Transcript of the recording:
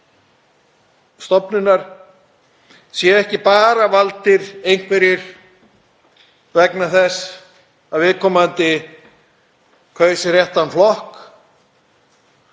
stofnunar séu ekki bara valdir einhverjir vegna þess að viðkomandi kaus réttan flokk